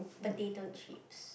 potato chips